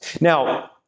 Now